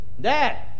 Dad